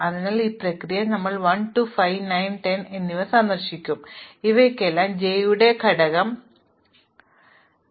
അതിനാൽ ഈ പ്രക്രിയയിൽ ഞങ്ങൾ 1 2 5 9 10 എന്നിവ സന്ദർശിക്കും ഇവയ്ക്കെല്ലാം j യുടെ ഘടകം comp ന് തുല്യമാണെന്ന് ഞങ്ങൾ പറയും